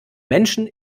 menschen